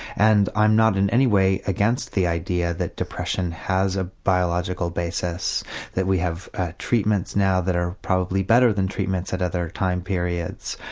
and i'm not in any way against the idea that depression has a biological basis and that we have ah treatments now that are probably better than treatments at other time periods.